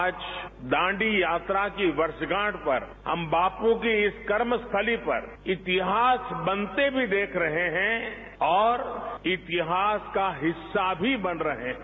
आज दांडी यात्रा की वर्षगांठ पर हम बापू की इस कर्मस्थली पर इतिहास बनते भी देख रहे हैं और इतिहास का हिस्सा भी बन रहे हैं